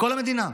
בכל המדינה.